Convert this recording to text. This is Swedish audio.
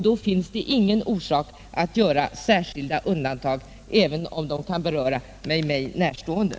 Då finns det ingen orsak att göra särskilda undantag även om det kan beröra mig personligen.